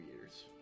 years